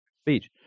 Speech